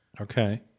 Okay